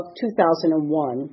2001